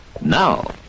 now